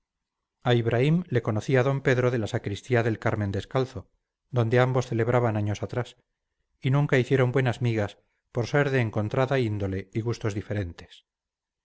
a ibraim le conocía d pedro de la sacristía del carmen descalzo donde ambos celebraban años atrás y nunca hicieron buenas migas por ser de encontrada índole y gustos diferentes